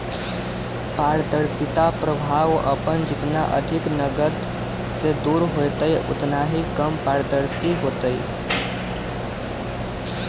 पारदर्शिता प्रभाव अपन जितना अधिक नकद से दूर होतय उतना ही कम पारदर्शी होतय